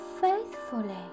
faithfully